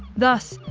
thus,